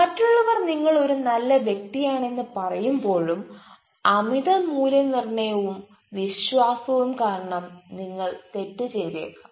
മറ്റുള്ളവർ നിങ്ങൾ ഒരു നല്ല വ്യക്തിയാണ് എന്ന് പറയുമ്പോഴും അമിത മൂല്യനിർണ്ണയവും വിശ്വാസവും കാരണം നിങ്ങൾ തെറ്റ് ചെയ്തേക്കാം